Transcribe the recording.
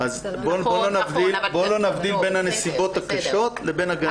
אז בוא נבדיל בין הנסיבות הקשות לבין הגנה עצמית.